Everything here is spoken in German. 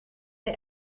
der